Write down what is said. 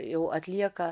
jau atlieka